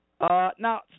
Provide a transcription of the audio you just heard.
Now